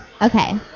Okay